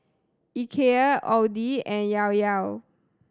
Ikea Audi and Llao Llao